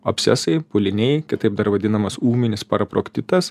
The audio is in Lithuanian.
abscesai pūliniai kitaip dar vadinamas ūminis paraproktitas